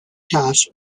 cash